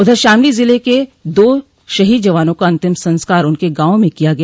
उधर शामली जिले के दो शहीद जवानों का अंतिम संस्कार उनके गांवों में किया गया